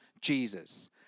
Jesus